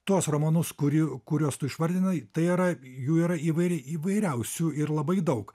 tuos romanus kurių kuriuos tu išvardinai tai yra jų yra įvairi įvairiausių ir labai daug